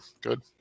good